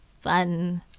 fun